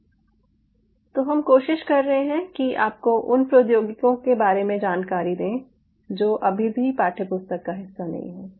तो यहाँ हम कोशिश कर रहे हैं कि आपको उन प्रौद्योगिकियों के बारे में जानकारी दें जो अभी भी पाठ्यपुस्तक का हिस्सा नहीं हैं